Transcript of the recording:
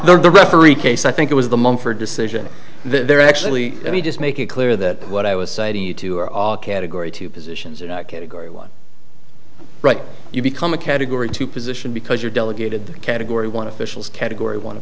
the referee case i think it was the mumford decision there actually let me just make it clear that what i was citing you two are all category two positions in that category one right you become a category two position because you're delegated the category one officials category